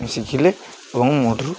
ଶିଖିଲେ ଏବଂ ମୋଠାରୁ